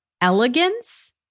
elegance